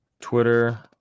Twitter